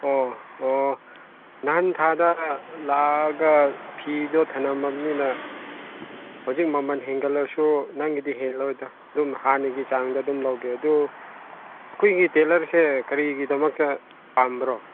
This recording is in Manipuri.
ꯑꯣ ꯑꯣ ꯅꯍꯥꯟ ꯊꯥꯗ ꯂꯥꯛꯑꯒ ꯐꯤꯗꯣ ꯊꯃꯝꯃꯕꯅꯤꯅ ꯍꯧꯖꯤꯛ ꯃꯃꯟ ꯍꯦꯟꯒꯠꯂꯁꯨ ꯅꯪꯒꯤꯗꯤ ꯍꯦꯜꯂꯣꯏꯗ ꯑꯗꯨꯝ ꯍꯥꯟꯅꯒꯤ ꯆꯥꯡꯗ ꯑꯗꯨꯝ ꯂꯩꯒꯦ ꯑꯗꯨ ꯑꯩꯈꯣꯏꯒꯤ ꯇꯦꯂꯔꯁꯦ ꯀꯔꯤꯒꯤꯗꯃꯛꯇ ꯄꯥꯝꯕ꯭ꯔꯣ